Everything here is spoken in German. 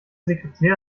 sekretär